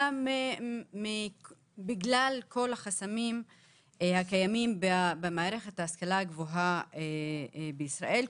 אלא בגלל כל החסמים הקיימים במערכת ההשכלה הגבוהה בישראל,